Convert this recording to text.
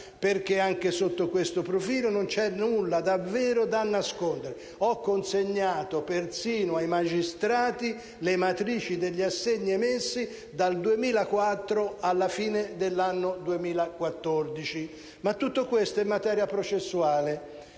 perché, anche sotto questo profilo, non c'è davvero nulla da nascondere. Ho consegnato persino ai magistrati le matrici degli assegni emessi dal 2004 alla fine dell'anno 2014. Ma tutto questo è materia processuale